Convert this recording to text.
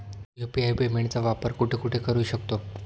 UPI पेमेंटचा वापर कुठे कुठे करू शकतो?